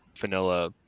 vanilla